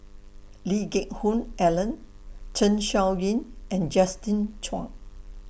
Lee Geck Hoon Ellen Zeng Shouyin and Justin Zhuang